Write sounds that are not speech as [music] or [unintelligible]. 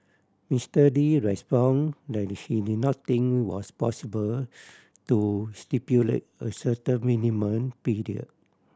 Mister Lee responded that he did not think it was possible to stipulate a certain minimum [unintelligible]